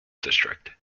district